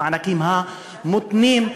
המענקים המותנים,